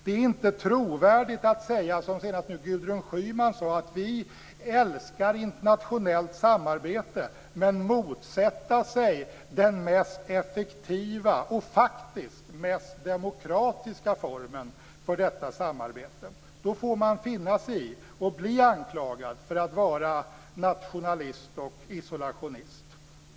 Det är inte trovärdigt att säga, som senast nu Gudrun Schyman, att man älskar internationellt samarbete samtidigt som man motsätter sig den mest effektiva och faktiskt mest demokratiska formen för detta samarbete. Då får man finna sig i att bli anklagad för att vara nationalist och isolationist.